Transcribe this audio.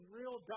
real